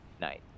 night